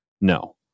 No